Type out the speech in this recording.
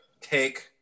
take